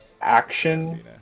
action